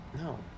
No